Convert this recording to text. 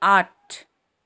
आठ